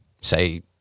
say